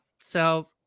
So-